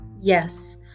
Yes